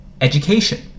education